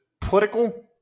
political